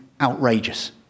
outrageous